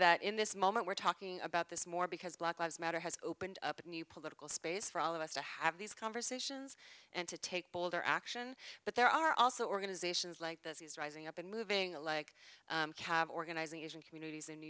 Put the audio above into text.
that in this moment we're talking about this more because black lives matter has opened up new political space for all of us to have these conversations and to take bolder action but there are also organizations like this these rising up and moving alike organizing asian communities in new